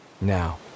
Now